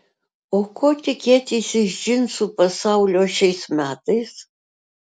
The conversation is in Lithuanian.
o ko tikėtis iš džinsų pasaulio šiais metais